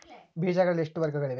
ಬೇಜಗಳಲ್ಲಿ ಎಷ್ಟು ವರ್ಗಗಳಿವೆ?